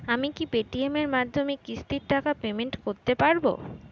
আমি কি Paytm এর মাধ্যমে কিস্তির টাকা পেমেন্ট করতে পারব?